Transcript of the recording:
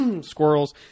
squirrels